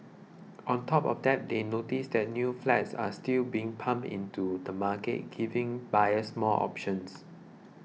on top of that they notes that new flats are still being pumped into the market giving buyers more options